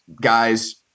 guy's